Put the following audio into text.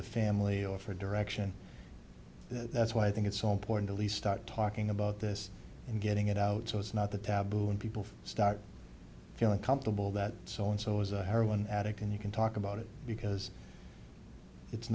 the family or for direction that's why i think it's so important at least start talking about this and getting it out so it's not a taboo when people start feeling comfortable that so and so is a heroin addict and you can talk about it because it's